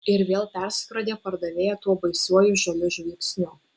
ir vėl perskrodė pardavėją tuo baisiuoju žaliu žvilgsniu